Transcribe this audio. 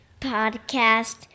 podcast